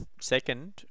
second